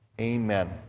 Amen